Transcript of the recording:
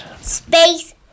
Space